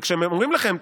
וכשאומרים לכם: